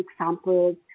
examples